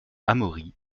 amaury